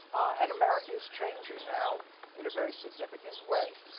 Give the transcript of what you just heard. and america is changing now in a very significant way.